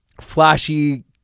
Flashy